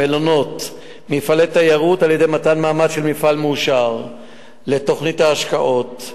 מלונות ומפעלי תיירות על-ידי מתן מעמד של מפעל מאושר לתוכנית ההשקעות.